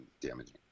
damaging